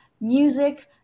music